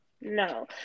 no